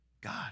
God